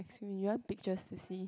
so you want pictures to see